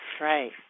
Right